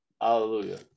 Hallelujah